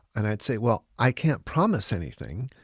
and i'd say, well, i can't promise anything,